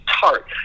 tart